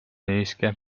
niiske